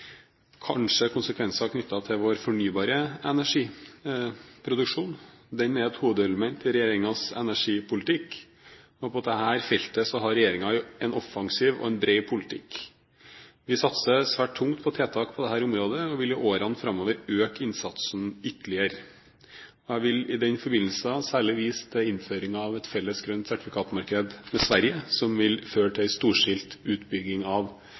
på dette feltet har regjeringen en offensiv og bred politikk. Vi satser svært tungt på tiltak på dette området, og vil i årene framover øke innsatsen ytterligere. Jeg vil i den forbindelse særlig vise til innføringen av et felles grønt sertifikatmarked med Sverige, som vil føre til en storstilt utbygging av